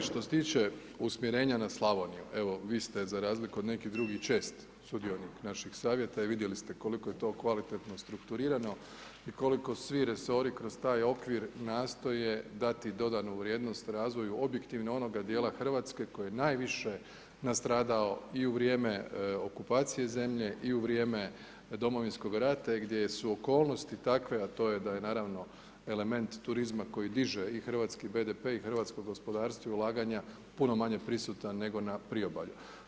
Što se tiče usmjerenja na Slavoniju, evo vi ste za razliku od nekih drugih čest sudionik naših savjeta i vidjeli ste koliko je to kvalitetno strukturirano i koliko svi resori kroz taj okvir nastoje dati dodanu vrijednost razvoju objektivo onoga dijela Hrvatske koji je najviše nastradao i u vrijeme okupacije zemlje i u vrijeme Domovinskog rata i gdje su okolnosti takve a to je da je naravno element turizma koji diže i hrvatski BDP i hrvatsko gospodarstva i ulaganja puno manje prisutan nego na priobalju.